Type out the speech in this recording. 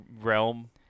realm